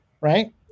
right